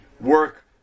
work